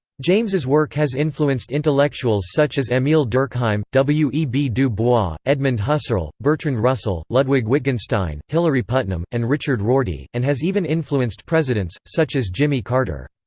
james' work has influenced intellectuals such as emile durkheim, w. e. b. du bois, edmund husserl, bertrand russell, ludwig wittgenstein, hilary putnam, and richard rorty, and has even influenced presidents, such as jimmy carter.